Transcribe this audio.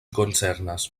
koncernas